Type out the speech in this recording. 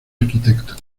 arquitecto